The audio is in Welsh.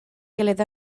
gilydd